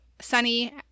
Sunny